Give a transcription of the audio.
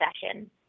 session